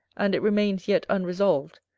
and it remains yet unresolved,